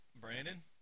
Brandon